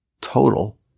Total